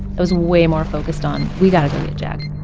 i was way more focused on, we got to go get jack,